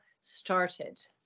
started